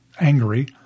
Angry